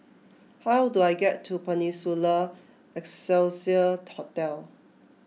how do I get to Peninsula Excelsior Hotel